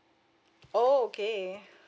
oh okay